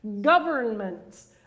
governments